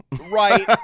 Right